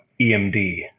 EMD